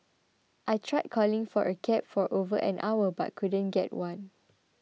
I tried calling for a cab for over an hour but couldn't get one